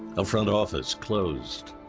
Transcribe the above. a front office closed,